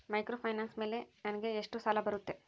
Microfinance ಮೇಲೆ ನನಗೆ ಎಷ್ಟು ಸಾಲ ಬರುತ್ತೆ?